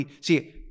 See